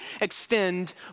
extend